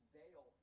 veil